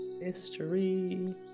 History